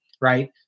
right